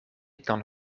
kan